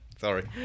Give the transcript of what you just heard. Sorry